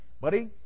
buddy